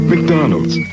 McDonald's